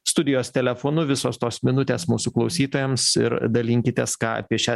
studijos telefonu visos tos minutės mūsų klausytojams ir dalinkitės ką apie šią